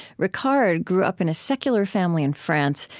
ricard grew up in a secular family in france,